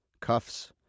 cuffs